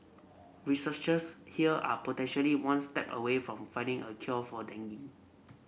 researchers here are potentially one step away from finding a cure for dengue